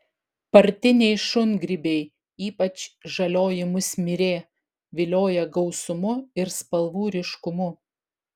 partiniai šungrybiai ypač žalioji musmirė vilioja gausumu ir spalvų ryškumu